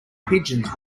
pigeons